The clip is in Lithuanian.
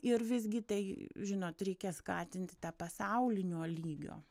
ir visgi tai žinot reikia skatinti tą pasaulinio lygio